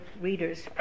readers